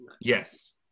yes